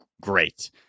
great